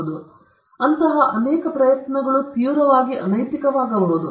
ಆದ್ದರಿಂದ ಅಂತಹ ಅನೇಕ ಪ್ರಯತ್ನಗಳು ತೀವ್ರವಾಗಿ ಅನೈತಿಕವಾಗಬಹುದು